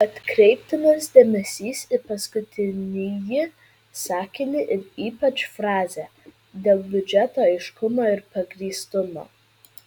atkreiptinas dėmesys į paskutinįjį sakinį ir ypač frazę dėl biudžeto aiškumo ir pagrįstumo